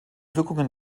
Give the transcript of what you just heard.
wirkungen